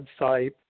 website